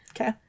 Okay